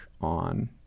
on